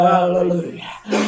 Hallelujah